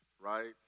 right